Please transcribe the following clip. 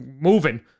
moving